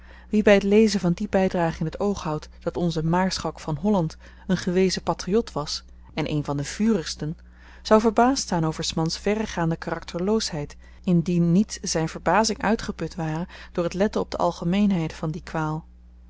wie by t lezen van die bydrage in t oog houdt dat onze maarschalk van holland een gewezen patriot was en een van de vurigsten zou verbaasd staan over s mans verregaande karakterloosheid indien niet zyn verbazing uitgeput ware door t letten op de algemeenheid van die kwaal